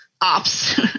ops